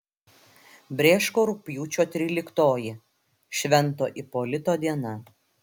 brėško rugpjūčio tryliktoji švento ipolito diena